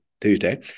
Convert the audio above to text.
Tuesday